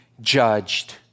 judged